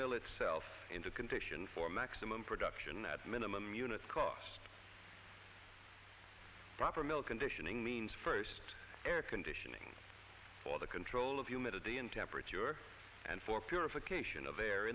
millet self into condition for maximum production at minimum units cost proper milk conditioning means first air conditioning for the can role of humidity in temperature and for purification of air